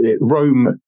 Rome